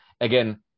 again